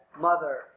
mother